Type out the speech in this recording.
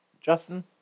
Justin